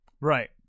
right